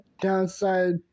downside